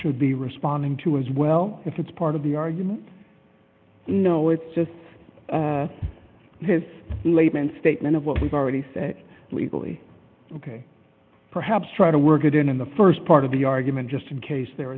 should be responding to as well if it's part of the argument no it's just his latent statement of what we've already said legally ok perhaps try to work it in in the st part of the argument just in case there